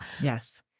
Yes